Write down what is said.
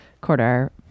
quarter